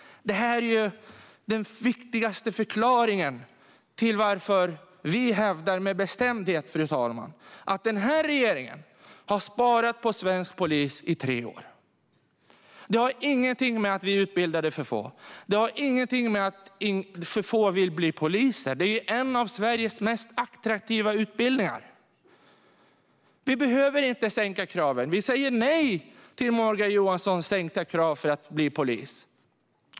Det är därför vi med bestämdhet hävdar, fru talman, att detta är den viktigaste förklaringen: Regeringen har sparat på svensk polis i tre år. Det har ingenting att göra med att vi utbildade för få. Det har ingenting att göra med att för få vill bli poliser. Detta är ju en av Sveriges mest attraktiva utbildningar. Vi behöver inte sänka kraven. Vi säger nej till Morgan Johanssons sänkta krav för att bli polis.